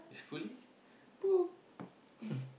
it's fully booked